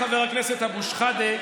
חבר הכנסת אבו שחאדה,